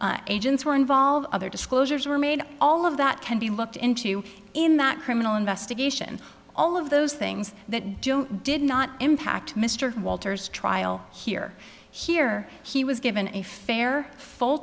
agents were involved other disclosures were made all of that can be looked into in that criminal investigation all of those things that did not impact mr walters trial here here he was given a fair